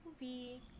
movie